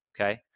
Okay